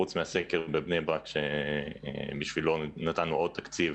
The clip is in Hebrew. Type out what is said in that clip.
חוץ מהסקר בבני ברק, שבשבילו נתנו עוד תקציב